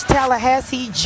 Tallahassee